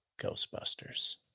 Ghostbusters